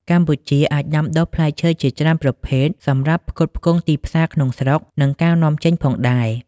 កម្ពុជាអាចដាំដុះផ្លែឈើជាច្រើនប្រភេទសម្រាប់ផ្គត់ផ្គង់ទីផ្សារក្នុងស្រុក និងការនាំចេញផងដែរ។